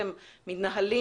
כי אתם עוד בהקמה.